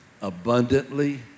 abundantly